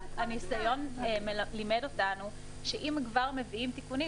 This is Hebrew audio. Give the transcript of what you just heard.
הניסיון מלמד שאם כבר מביאים תיקונים,